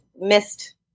missed